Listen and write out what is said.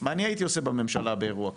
מה אני הייתי עושה בממשלה באירוע כזה.